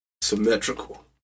symmetrical